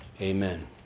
Amen